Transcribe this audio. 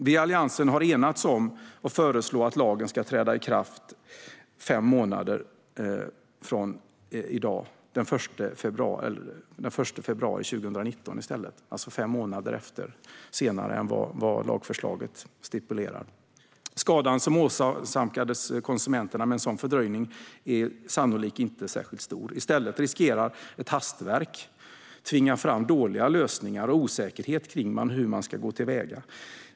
Vi i Alliansen har enats om att föreslå att lagen i stället ska träda i kraft den 1 februari 2019, alltså fem månader senare än det som står i lagförslaget. Skadan som åsamkas konsumenterna med en sådan fördröjning är sannolikt inte särskilt stor. I stället riskerar vi nu att ett hastverk tvingar fram dåliga lösningar och osäkerhet kring hur man ska gå till väga.